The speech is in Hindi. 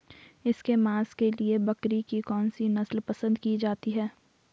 इसके मांस के लिए बकरी की कौन सी नस्ल पसंद की जाती है?